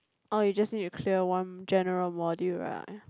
oh you just need to clear one general module right